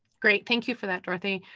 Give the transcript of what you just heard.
great, thank you for that. dorothy,